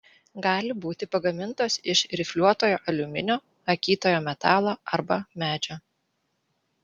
gali būti pagamintos iš rifliuotojo aliuminio akytojo metalo arba medžio